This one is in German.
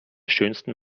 schönsten